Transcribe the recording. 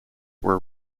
were